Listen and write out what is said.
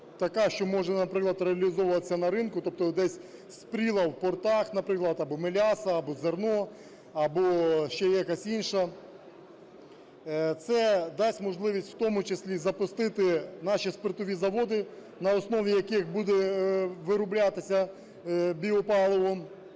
така, що можна, наприклад, реалізовуватися на ринку, тобто десь спріла в портах, наприклад: або меляса, або зерно, або ще якась інша. Це дасть можливість у тому числі запустити наші спиртові заводи, на основі яких буде вироблятися біопаливо.